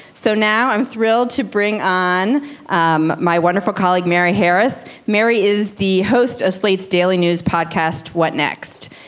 so now i'm thrilled to bring on um my wonderful colleague, mary harris. mary is the host of slate's daily news podcast. what next?